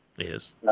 Yes